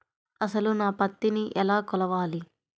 అసలు నా పత్తిని ఎలా కొలవాలి?